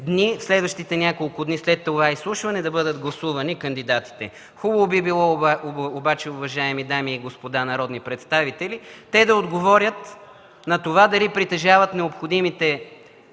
и в следващите дни след това изслушване да бъдат гласувани кандидатите. Хубаво би било обаче, уважаеми дами и господа народни представители, те да отговорят на това дали притежават необходимите